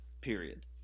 period